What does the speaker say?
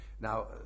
Now